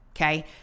okay